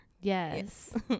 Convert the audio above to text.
yes